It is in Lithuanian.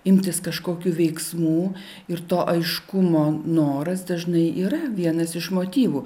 imtis kažkokių veiksmų ir to aiškumo noras dažnai yra vienas iš motyvų